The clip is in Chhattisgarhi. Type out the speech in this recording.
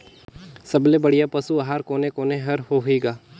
सबले बढ़िया पशु आहार कोने कोने हर होही ग?